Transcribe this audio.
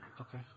Okay